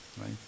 right